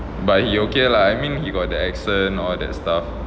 but he okay lah I mean he got the accent all that stuff